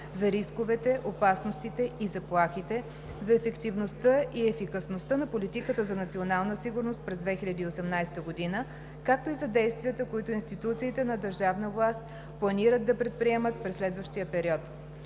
за рисковете, опасностите и заплахите, за ефективността и ефикасността на политиката за национална сигурност през 2018 г., както и за действията, които институциите на държавна власт планират да предприемат през следващия период.